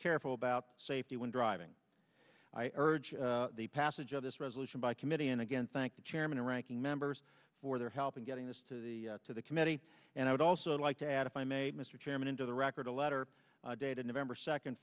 careful about safety when driving i urge the passage of this resolution by committee and again thank the chairman and ranking members for their help in getting this to the to the committee and i would also like to add if i may mr chairman into the record a letter dated november second